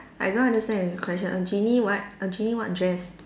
I don't understand the question a genie what a genie what dress